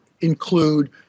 include